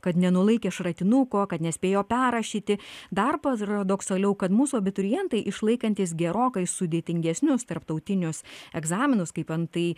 kad nenulaikė šratinuko kad nespėjo perrašyti dar paradoksaliau kad mūsų abiturientai išlaikantys gerokai sudėtingesnius tarptautinius egzaminus kaip antai